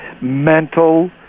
mental